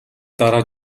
дараа